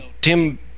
Tim